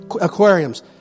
aquariums